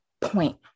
Point